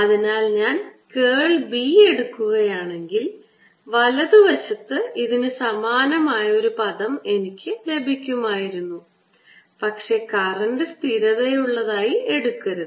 അതിനാൽ ഞാൻ കേൾ B എടുക്കുകയാണെങ്കിൽ വലതുവശത്ത് ഇതിനു സമാനമായ ഒരു പദം എനിക്ക് ലഭിക്കുമായിരുന്നു പക്ഷേ കറൻറ് സ്ഥിരതയുള്ളതായി എടുക്കരുത്